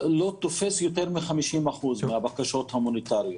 לא תופס יותר מ-50% מהבקשות ההומניטריות.